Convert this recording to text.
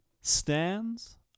Stands